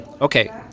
Okay